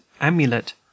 amulet